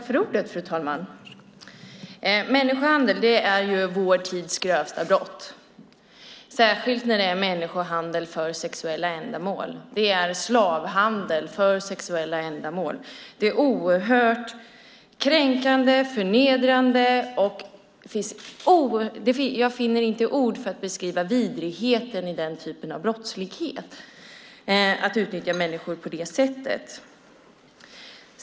Fru talman! Människohandel är vår tids grövsta brott, särskilt människohandel för sexuella ändamål. Det är slavhandel för sexuella ändamål. Det är oerhört kränkande och förnedrande. Jag finner inte ord för att beskriva vidrigheten i den typen av brottslighet, att man utnyttjar människor på det sättet.